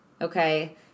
Okay